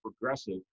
progressive